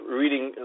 reading